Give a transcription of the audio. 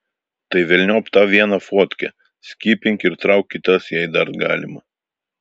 tai velniop tą vieną fotkę skipink ir trauk kitas jei dar galima